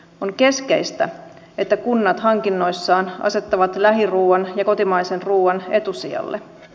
on keskeistä että kunnat hankinnoissaan asettavat lähiruoan ja kotimaisen ruoan etusijalle